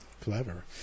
Clever